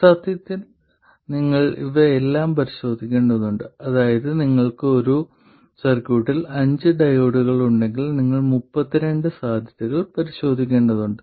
തത്വത്തിൽ നിങ്ങൾ ഇവയെല്ലാം പരിശോധിക്കേണ്ടതുണ്ട് അതായത് നിങ്ങൾക്ക് ഒരു സർക്യൂട്ടിൽ 5 ഡയോഡുകൾ ഉണ്ടെങ്കിൽ നിങ്ങൾ 32 സാധ്യതകൾ പരിശോധിക്കേണ്ടതുണ്ട്